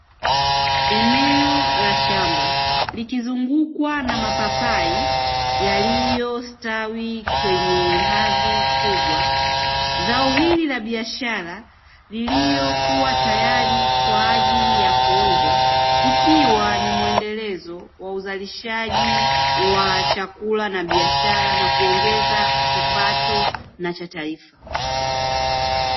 Eneo la shamba likizungukwa na mapapai yaliyostawi kwenye ardhi kubwa, zao hili la biashara lililokuwa tayari kwa ajili ya kuuzwa ikiwa ni muendelezo wa uzalishaji wa chakula na biashara na kuongeza kipato na cha taifa.